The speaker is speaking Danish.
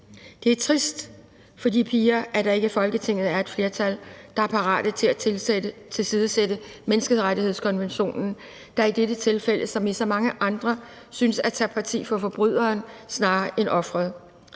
Det er trist for de piger, at der ikke i Folketinget er et flertal, der er parate til at tilsidesætte menneskerettighedskonventionen, der i dette tilfælde som i så mange andre synes at tage parti for forbryderen snarere end offeret.